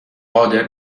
قادر